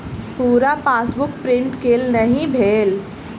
पूरा passbook print केल नहि भेल